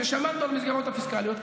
ושמרנו על המסגרות הפיסקליות.